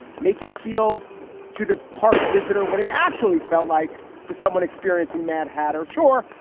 make it feel to the park visitor what it actually felt like to someone experiencing mad hatter. sure,